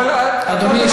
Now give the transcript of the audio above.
בית-המשפט העליון, אדוני ישב.